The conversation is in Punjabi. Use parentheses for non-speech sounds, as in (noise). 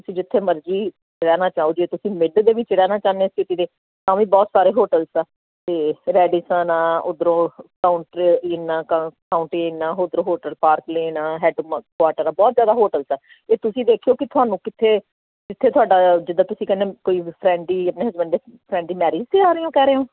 ਤੁਸੀਂ ਜਿੱਥੇ ਮਰਜ਼ੀ ਰਹਿਣਾ ਚਾਹੋ ਜੇ ਤੁਸੀਂ ਮਿਡ ਦੇ ਵਿੱਚ ਰਹਿਣਾ ਚਾਹੁੰਦੇ ਹੋ ਸਿਟੀ ਦੇ ਤਾਂ ਵੀ ਬਹੁਤ ਸਾਰੇ ਹੋਟਲਸ ਆ ਤਾਂ ਰੈਡੀਸਨ ਆ ਉਧਰੋਂ (unintelligible) ਉਧਰ ਹੋਟਲ ਪਾਰਕ ਲੇਨ ਹੈਡਕੁਆਟਰ ਆ ਬਹੁਤ ਜਿਆਦਾ ਹੋਟਲਸ ਆ ਇਹ ਤੁਸੀਂ ਦੇਖਿਓ ਕਿ ਤੁਹਾਨੂੰ ਕਿੱਥੇ ਕਿੱਥੇ ਤੁਹਾਡਾ ਜਿੱਦਾਂ ਤੁਸੀਂ ਕਹਿੰਦੇ ਕੋਈ ਫਰੈਂਡ ਦੀ ਆਪਣੇ ਹਸਬੈਂਡ ਦੇ ਫਰੈਂਡ ਦੀ ਮੈਰਿਜ 'ਤੇ ਆ ਰਹੇ ਹੋ ਕਹਿ ਰਹੇ ਹੋ